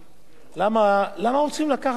למה אנחנו צריכים לקחת מהוועדה?